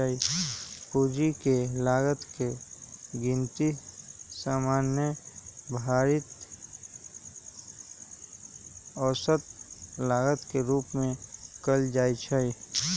पूंजी के लागत के गिनती सामान्य भारित औसत लागत के रूप में कयल जाइ छइ